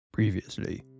Previously